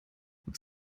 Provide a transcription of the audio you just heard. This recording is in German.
was